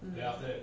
um